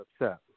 upset